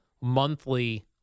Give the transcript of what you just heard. monthly